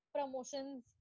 promotions